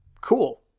cool